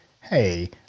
Hey